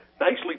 nicely